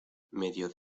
medio